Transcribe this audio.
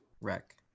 wreck